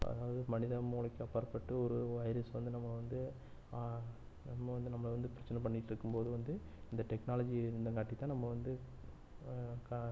அதாவது மனித மூளைக்கு அப்பாற்பட்டு ஒரு வைரஸ் வந்து நம்ம வந்து நம்ம வந்து நம்மளை வந்து பிரச்சனை பண்ணிட்டுருக்கும்போது வந்து இந்த டெக்னாலஜி இருந்தங்காட்டி தான் நம்ம வந்து கா